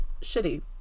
shitty